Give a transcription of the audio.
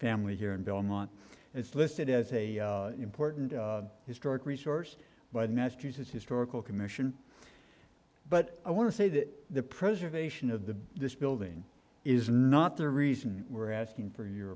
family here in belmont it's listed as a important historic resource but masters of historical commission but i want to say that the preservation of the this building is not the reason we're asking for your